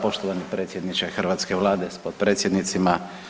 Poštovani predsjedniče hrvatske Vlade s potpredsjednicima.